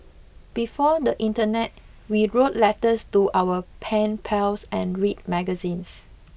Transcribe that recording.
before the internet we wrote letters to our pen pals and read magazines